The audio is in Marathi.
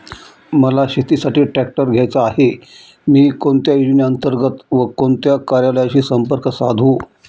मला शेतीसाठी ट्रॅक्टर घ्यायचा आहे, मी कोणत्या योजने अंतर्गत व कोणत्या कार्यालयाशी संपर्क साधू?